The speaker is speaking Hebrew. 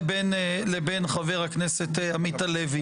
לבין חבר הכנסת עמית הלוי,